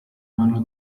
mano